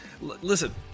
Listen